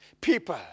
people